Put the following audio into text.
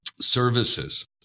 services